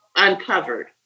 uncovered